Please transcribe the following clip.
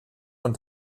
von